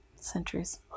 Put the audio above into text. centuries